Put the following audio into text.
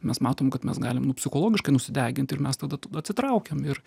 mes matom kad mes galim psichologiškai nusidegint ir mes tada atsitraukiam ir